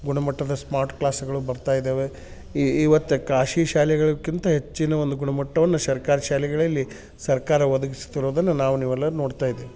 ಗುಣಮಟ್ಟದ ಸ್ಮಾರ್ಟ್ಕ್ಲಾಸ್ಗಳು ಬರ್ತಾಯಿದ್ದಾವೆ ಇವತ್ತೆ ಖಾಶ್ಗಿ ಶಾಲೆಗಳ್ಕಿಂತ ಹೆಚ್ಚಿನ ಒಂದು ಗುಣಮಟ್ಟವನ್ನ ಸರ್ಕಾರಿ ಶಾಲೆಗಳಲ್ಲಿ ಸರ್ಕಾರ ಒದಗಿಸ್ತಿರೋದನ್ನ ನಾವು ನೀವೆಲ್ಲರೂ ನೋಡ್ತಾಯಿದ್ದೇವೆ